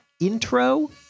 Intro